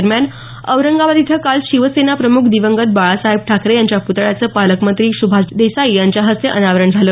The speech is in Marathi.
दरम्यान औरंगाबाद इथं काल शिवसेनाप्रमुख दिवंगत बाळासाहेब ठाकरे यांच्या प्तळ्याचं पालकमंत्री सुभाष देसाई यांच्या हस्ते अनावरण झालं